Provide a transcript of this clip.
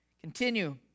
Continue